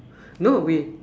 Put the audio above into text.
no we